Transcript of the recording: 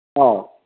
ꯑꯧ